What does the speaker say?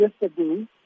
yesterday